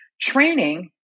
Training